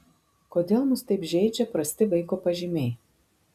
kodėl mus taip žeidžia prasti vaiko pažymiai